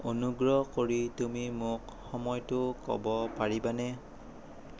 অনুগ্ৰহ কৰি তুমি মোক সময়টো ক'ব পাৰিবানে